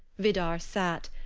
vidar sat.